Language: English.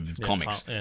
comics